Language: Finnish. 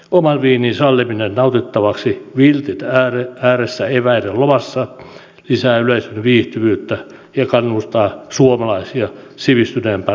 oman viinin salliminen nautittavaksi viltin ääressä eväiden lomassa lisää yleisön viihtyvyyttä ja kannustaa suomalaisia sivistyneempään alkoholikulttuuriin